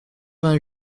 vingt